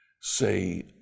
say